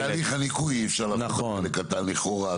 גם את תהליך הניקוי אי-אפשר לעשות בקטן לכאורה.